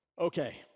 Okay